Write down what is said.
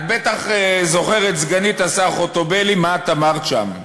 את בטח זוכרת, סגנית השר חוטובלי, מה את אמרת שם.